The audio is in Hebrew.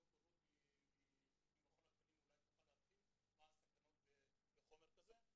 ד"ר רות ממכון התקנים אולי תוכל להרחיב מה הסכנות בחומר כזה.